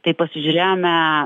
tai pasižiūrėjome